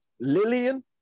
Lillian